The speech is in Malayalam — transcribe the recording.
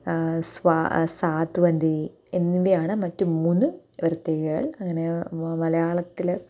സ്വ സാത്വന്ധി എന്നിവയാണ് മറ്റു മൂന്നു വൃത്തികള് അങ്ങനെ മലയാളത്തിൽ